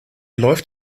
läuft